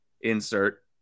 insert